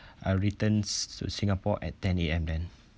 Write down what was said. uh returns to singapore at ten A_M then